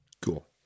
Cool